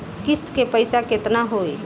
किस्त के पईसा केतना होई?